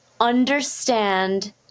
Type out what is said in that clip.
understand